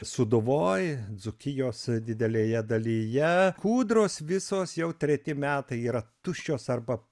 sūduvoj dzūkijos didelėje dalyje kūdros visos jau treti metai yra tuščios arba